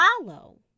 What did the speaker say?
Follow